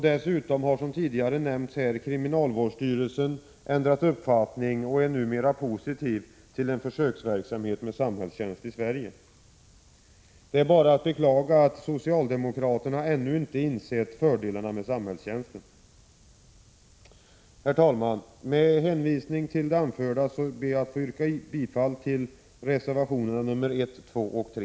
Dessutom har, som tidigare nämnts, kriminalvårdsstyrelsen ändrat uppfattning och är numera positiv till en försöksverksamhet med samhällstjänst i Sverige. Det är bara att beklaga att socialdemokraterna ännu inte har insett fördelarna med samhällstjänsten. Herr talman! Med hänvisning till det anförda ber jag att få yrka bifall till reservationerna nr 1, 2 och 3.